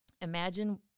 imagine